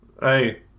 Hey